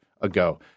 ago